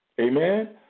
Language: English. Amen